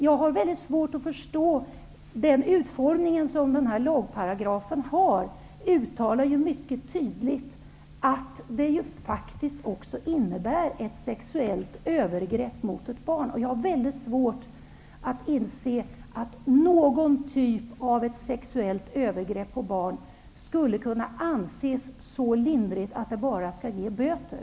Jag har mycket svårt att förstå den utformning som den här lagparagrafen har. Den uttalar ju mycket tydligt att det faktiskt också innebär ett sexuellt övergrepp mot ett barn. Jag har mycket svårt att inse att någon typ av sexuellt övergrepp på barn skulle kunna anses så lindrigt att det bara skall ge böter.